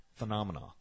phenomena